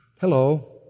hello